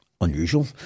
Unusual